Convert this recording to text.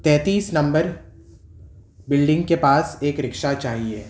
تینتیس number building کے پاس ایک رکشہ چاہیے